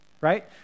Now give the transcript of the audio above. right